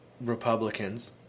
Republicans